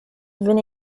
wenn